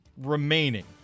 remaining